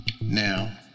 now